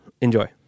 Enjoy